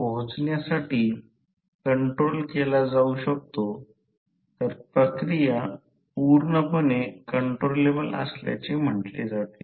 आता म्हणूनच मी Wc हे पूर्ण भार तांबे लॉस लिहिले आहे